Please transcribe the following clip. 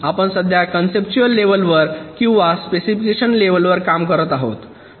आपण सध्या कन्सेप्च्युअल लेव्हलवर किंवा स्पेसिफिकेशन लेव्हलवर काम करत आहोत